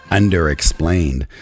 under-explained